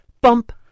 bump